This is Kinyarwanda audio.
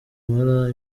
umara